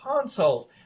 consoles